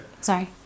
Sorry